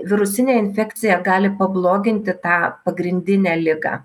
virusinė infekcija gali pabloginti tą pagrindinę ligą